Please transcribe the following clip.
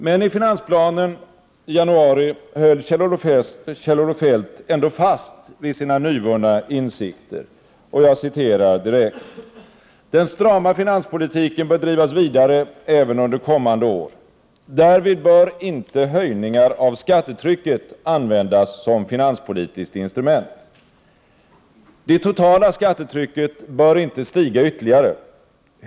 Men i finansplanen i januari höll Kjell-Olof Feldt ändå fast vid sina nyvunna insikter: ”Den strama finanspolitiken bör drivas vidare även under kommande år. Därvid bör inte höjningar av skattetrycket användas som finanspolitiskt instrument. Det totala skattetrycket bör inte stiga ytterligare.